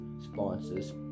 sponsors